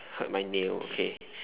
hurt my nail okay